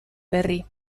berri